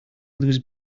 lose